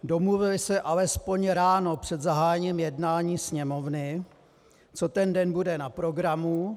Domluvili se alespoň ráno před zahájením jednání Sněmovny, co ten den bude na programu.